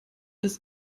des